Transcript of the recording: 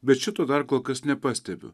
bet šito dar kol kas nepastebiu